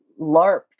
LARPed